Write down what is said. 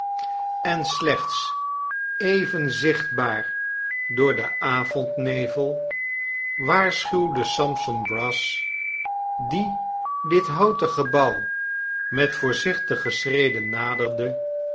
s slechts even zichtbaar door den avondnevel waarschuwde sampson brass die dithouten gebouw met voorzichtige schreden naderde